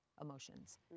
emotions